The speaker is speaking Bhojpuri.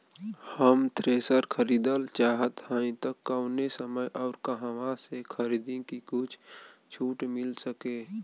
हम थ्रेसर खरीदल चाहत हइं त कवने समय अउर कहवा से खरीदी की कुछ छूट मिल सके?